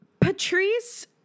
Patrice